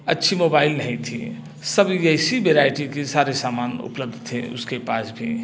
अच्छी मोबाइल नहीं था सभी ऐसी वेराइटी के सारे सामान उपलब्ध थे उसके पास भी